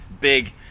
Big